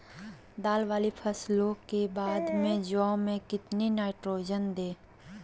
दाल वाली फसलों के बाद में जौ में कितनी नाइट्रोजन दें?